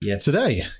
today